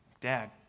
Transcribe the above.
Dad